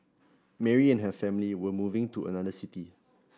Mary and her family were moving to another city